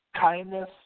kindness